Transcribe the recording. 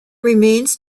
remains